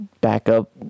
backup